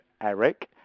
Eric